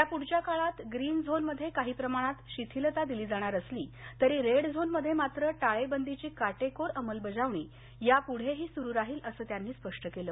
या पुढच्या काळात ग्रीन झोनमध्ये काही प्रमाणात शिथिलता दिली जाणार असली तरी रेड झोनमध्ये मात्र टाळेबंदीची काटेकोरपणे अंमलबजावणी यापुढेही सुरूच राहील असं त्यांनी स्पष्ट केलं